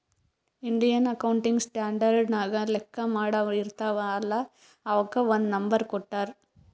Indian accounting standard ನಾಗ್ ಲೆಕ್ಕಾ ಮಾಡಾವ್ ಇರ್ತಾವ ಅಲ್ಲಾ ಅವುಕ್ ಒಂದ್ ನಂಬರ್ ಕೊಟ್ಟಾರ್